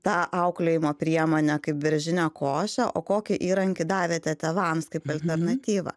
tą auklėjimo priemonę kaip beržinę košę o kokį įrankį davėte tėvams kaip alternatyvą